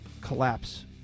collapse